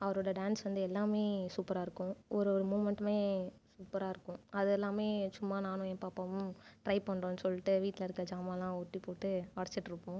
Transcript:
அவரோட டான்ஸ் வந்து எல்லாமே சூப்பராக இருக்கும் ஒரு ஒரு மூமென்ட்டுமே சூப்பராக இருக்கும் அது எல்லாமே சும்மா நானும் என் பாப்பாவும் ட்ரை பண்றோம்னு சொல்லிட்டு வீட்டில் இருக்குற ஜாமானை எல்லாம் உருட்டி போட்டு உடச்சிட்டு இருப்போம்